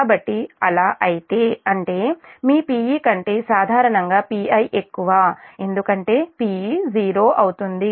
కాబట్టి అలా అయితే అంటే మీ Pe కంటే సాధారణంగా Pi ఎక్కువ ఎందుకంటే Pe 0 అవుతుంది